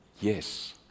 yes